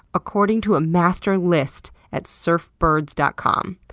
according to a master list at surfbirds dot com.